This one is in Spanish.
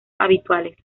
habituales